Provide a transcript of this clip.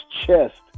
chest